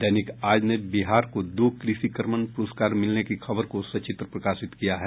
दैनिक आज ने बिहार को दो कृषि कर्मण पुरस्कार मिलने की खबर को सचित्र प्रकाशित किया है